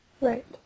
Right